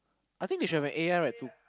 I think they should have an A_I right to